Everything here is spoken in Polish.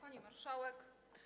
Pani Marszałek!